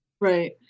Right